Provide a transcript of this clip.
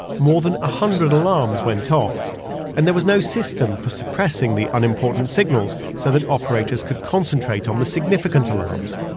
more than a hundred alarms went off and there was no system for suppressing the unimportant signals so that operators could concentrate on the significant alarms.